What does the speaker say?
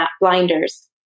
blinders